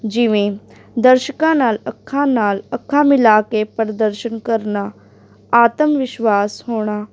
ਜਿਵੇਂ ਦਰਸ਼ਕਾਂ ਨਾਲ ਅੱਖਾਂ ਨਾਲ ਅੱਖਾਂ ਮਿਲਾ ਕੇ ਪ੍ਰਦਰਸ਼ਨ ਕਰਨਾ ਆਤਮ ਵਿਸ਼ਵਾਸ ਹੋਣਾ